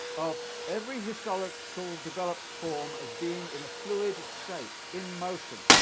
of every historical developed form as being in a fluid state, in motion.